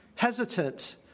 Hesitant